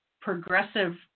progressive